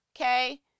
Okay